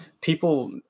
people